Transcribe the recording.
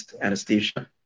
anesthesia